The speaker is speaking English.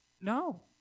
No